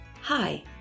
Hi